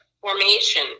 formation